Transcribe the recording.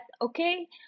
okay